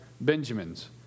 Benjamin's